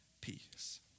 peace